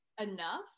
enough